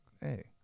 Hey